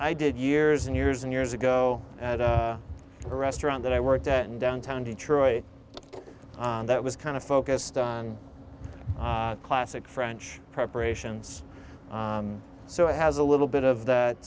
i did years and years and years ago at a restaurant that i worked at in downtown detroit that was kind of focused on classic french preparations so it has a little bit of that